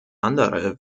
andere